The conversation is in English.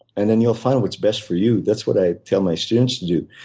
and then you'll find what's best for you. that's what i tell my students to do.